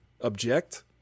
object